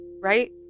right